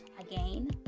Again